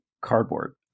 cardboard